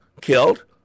killed